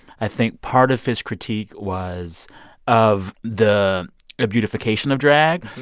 i think part of his critique was of the ah beautification of drag.